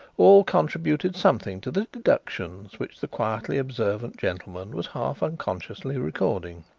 all contributed something to the deductions which the quietly observant gentleman was half unconsciously recording.